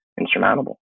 insurmountable